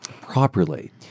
properly